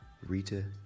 Rita